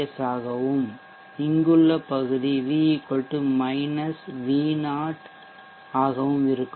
S ஆகவும் இங்குள்ள பகுதி வி வி 0 ஆகவும் இருக்கும்